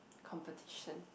competition